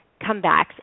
comebacks